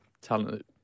talent